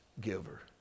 giver